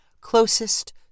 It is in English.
closest